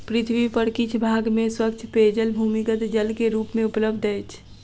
पृथ्वी पर किछ भाग में स्वच्छ पेयजल भूमिगत जल के रूप मे उपलब्ध अछि